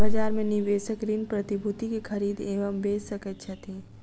बजार में निवेशक ऋण प्रतिभूति के खरीद एवं बेच सकैत छथि